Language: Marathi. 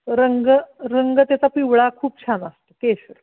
रंग रंग त्याचा पिवळा खूप छान असतो केशर